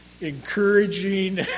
encouraging